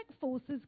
forces